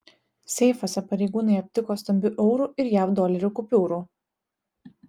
seifuose pareigūnai aptiko stambių eurų ir jav dolerių kupiūrų